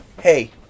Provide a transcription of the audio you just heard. Hey